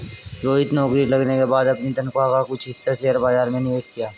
रोहित नौकरी लगने के बाद अपनी तनख्वाह का कुछ हिस्सा शेयर बाजार में निवेश किया